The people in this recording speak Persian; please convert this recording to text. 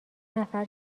نفر